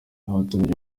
abaturage